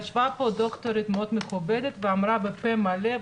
ישבה פה ד"ר מאוד מכובדת ואמרה בפה מלא,